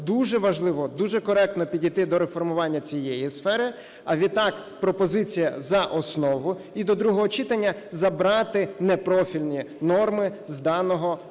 дуже важливо дуже коректно підійти до реформування цієї сфери. А відтак пропозиція – за основу і до другого читання забрати непрофільні норми з даного